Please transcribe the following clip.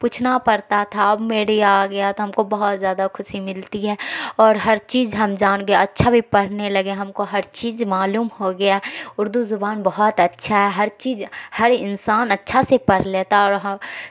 پوچھنا پڑتا تھا اب میڈیا آ گیا تو ہم کو بہت زیادہ خوشی ملتی ہے اور ہر چیز ہم جان گئے اچھا بھی پڑھنے لگے ہم کو ہر چیز معلوم ہو گیا اردو زبان بہت اچھا ہے ہر چیز ہر انسان اچھا سے پڑھ لیتا اور ہم